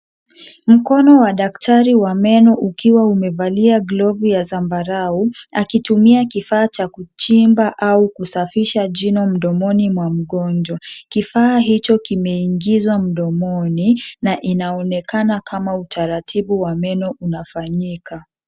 Mkono wa daktari wa meno ukiwa umevalia glovu ya zambarau akitumia kifaa cha kuchimba au kusafisha jino mdomoni mwa mgonjwa, kifaa hicho kimeingizwa mdomoni na inaonekana kama utaratibu wa meno unafanyika.